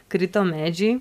krito medžiai